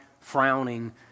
frowning